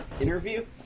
interview